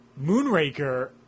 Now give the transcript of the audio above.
Moonraker